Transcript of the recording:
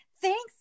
Thanks